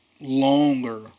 longer